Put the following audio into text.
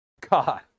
God